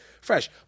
fresh